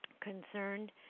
concerned